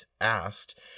asked